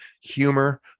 humor